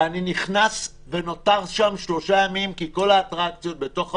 ואני נכנס ונותר שם שלושה ימים כי כל האטרקציות בתוך המלון,